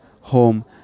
home